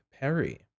Perry